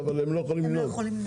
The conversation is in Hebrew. תופס, אבל הם לא יכולים לנהוג.